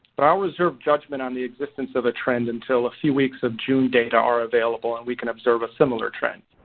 but i'll reserve judgment on the existence of a trend until a few weeks of june data are available and we can observe a similar trend.